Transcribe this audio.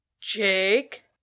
Jake